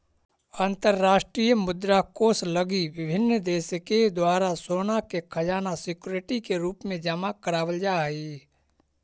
अंतरराष्ट्रीय मुद्रा कोष लगी विभिन्न देश के द्वारा सोना के खजाना सिक्योरिटी के रूप में जमा करावल जा हई